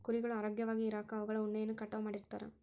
ಕುರಿಗಳು ಆರೋಗ್ಯವಾಗಿ ಇರಾಕ ಅವುಗಳ ಉಣ್ಣೆಯನ್ನ ಕಟಾವ್ ಮಾಡ್ತಿರ್ತಾರ